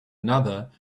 another